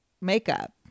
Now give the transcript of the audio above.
makeup